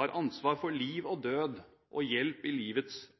ansvar for liv og død og hjelp i livets